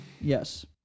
Yes